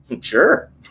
sure